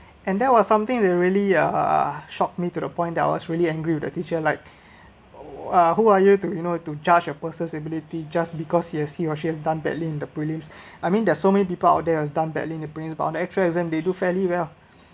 and that was something that really uh shocked me to the point that I was really angry with the teacher like uh who are you to you know to judge a person ability just because as he or she has done badly in the prelims I mean there are so many people out there was done badly in prelim but on actual exam they do fairly well